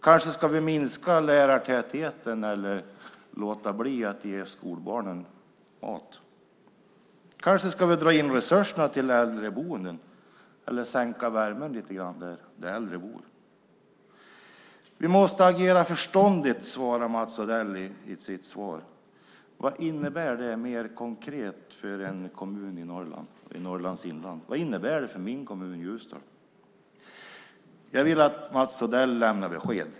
Kanske ska vi minska lärartätheten eller låta bli att ge skolbarnen mat? Kanske ska vi dra in resurserna till äldreboenden eller sänka värmen lite grann där de äldre bor? Vi måste agera förståndigt, skriver Mats Odell i sitt svar. Vad innebär det mer konkret för en kommun i Norrlands inland? Vad innebär det för min kommun, Ljusdal? Jag vill att Mats Odell lämnar besked.